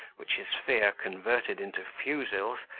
which his fear converted into fusils,